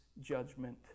judgment